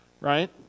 right